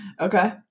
Okay